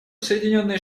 соединенные